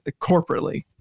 corporately